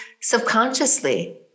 subconsciously